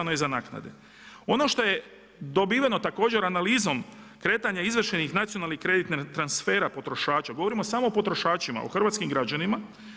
Ono što je dobiveno također analizom kretanja izvršenih nacionalnih kreditnih transfera potrošača, govorimo samo o potrošačima o hrvatskim građanima.